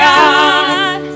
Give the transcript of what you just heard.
God